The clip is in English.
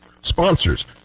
sponsors